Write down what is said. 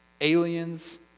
aliens